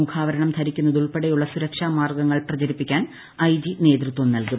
മുഖാവരണം ധരിക്കുന്നത് ഉൾപ്പെടെയുള്ള സുരക്ഷാ മാർഗങ്ങൾ പ്രചരിപ്പിക്കാൻ ഐജി നേതൃത്വം നൽകും